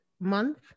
month